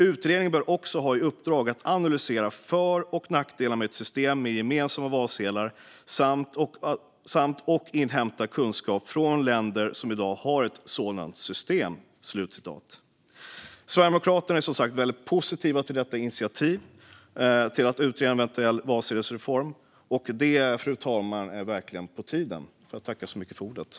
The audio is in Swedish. Utredningen bör också ha i uppdrag att analysera för och nackdelarna med ett system med gemensamma valsedlar, samt och inhämta kunskap från länder som i dag har sådana system." Sverigedemokraterna är som sagt positiva till initiativet att utreda en eventuell valsedelsreform. Det är verkligen på tiden, fru talman.